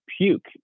puke